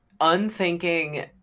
unthinking